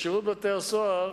בשירות בתי-הסוהר